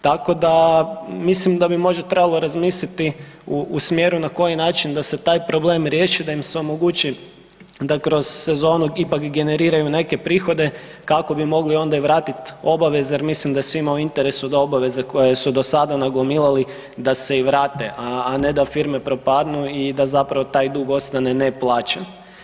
Tako da mislim da bi možda trebalo razmisliti u smjer u na koji način da se taj problem riješi, da im se omogući da kroz sezonu ipak generiraju neke prihode kako bi mogli onda i vratiti obaveze jer mislim da je svima u interesu da obaveze koje su dosada nagomilali, da se i vrate a ne da firme propadnu i da zapravo taj dug ostane neplaćen.